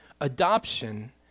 Adoption